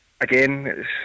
again